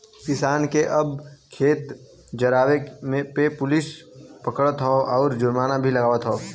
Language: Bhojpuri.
किसान के अब खेत जरावे पे पुलिस पकड़त हौ आउर जुर्माना भी लागवत हौ